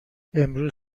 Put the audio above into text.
امروز